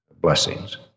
blessings